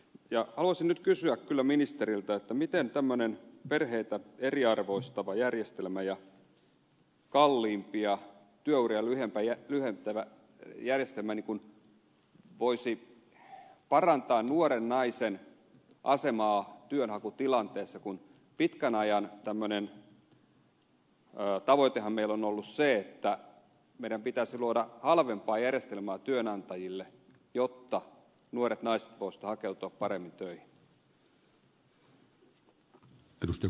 ja haluaisin nyt kysyä kyllä ministeriltä miten tämmöinen perheitä eriarvostava järjestelmä ja kalliimpi ja työuria lyhentävä järjestelmä voisi parantaa nuoren naisen asemaa työnhakutilanteessa kun tämmöinen pitkän ajan tavoitehan meillä on ollut se että meidän pitäisi luoda halvempaa järjestelmää työnantajille jotta nuoret naiset voisivat hakeutua paremmin töihin